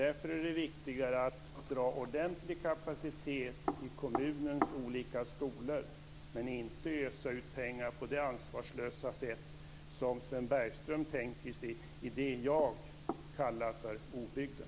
Därför är det viktigare att dra ordentlig kapacitet till kommunens olika skolor, men inte ösa ut pengar på det ansvarslösa sätt som Sven Bergström tänker sig i det jag kallar obygden.